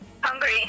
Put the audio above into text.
Hungry